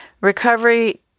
Recovery